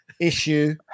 issue